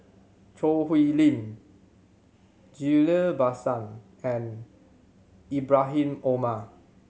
Choo Hwee Lim Ghillie Basan and Ibrahim Omar